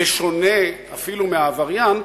בשונה אפילו מהעבריין,